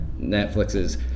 Netflix's